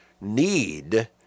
need